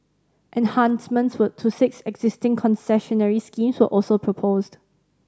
enhancements for to six existing concessionary schemes were also proposed